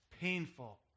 painful